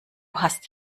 hast